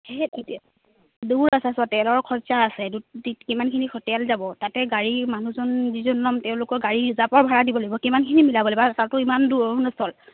সেই দূৰ আছে তেলৰ খৰচা আছে কিমানখিনি তেল যাব তাতে গাড়ী মানুহজন যিজন ল'ম তেওঁলোকৰ গাড়ী ৰিজাৰ্ভৰ ভাড়া দিব লাগিব কিমানখিনি মিলাব লাগিব আৰু তাতো ইমান দূৰ অৰুণাচল